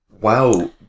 Wow